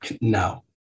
no